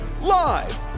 live